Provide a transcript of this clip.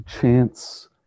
chance